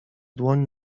dłoń